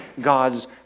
God's